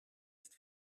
ist